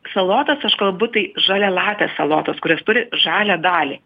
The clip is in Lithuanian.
salotos aš kalbu tai žalialapės salotos kurios turi žalią dalį